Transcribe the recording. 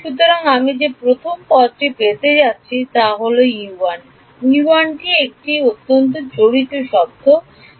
সুতরাং আমি যে প্রথম পদটি পেতে যাচ্ছি তা হল U1 টি U1 এর সাথে জড়িত শব্দটি